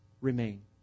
remain